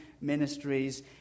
ministries